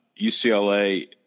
UCLA